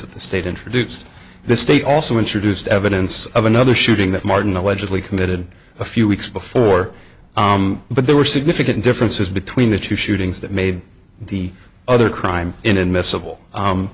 of the state introduced this state also introduced evidence of another shooting that martin allegedly committed a few weeks before but there were significant differences between the two shootings that made the other crime in